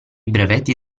brevetti